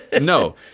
no